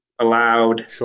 allowed